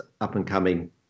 up-and-coming